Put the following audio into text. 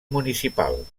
municipal